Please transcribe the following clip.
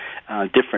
different